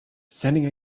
sending